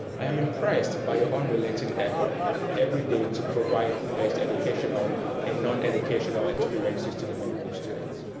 i am impressed by your unrelenting effort every day to provide the best educational and non-educational experiences to the medical students.